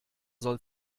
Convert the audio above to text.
soll